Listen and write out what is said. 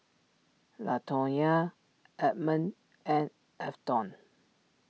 Latonya Edmond and Afton